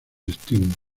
estímulos